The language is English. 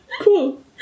Cool